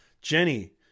Jenny